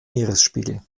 meeresspiegel